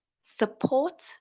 support